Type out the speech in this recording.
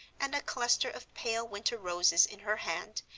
and a cluster of pale winter roses in her hand,